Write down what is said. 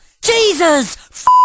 Jesus